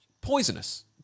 poisonous